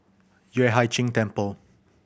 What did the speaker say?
Yueh Hai Ching Temple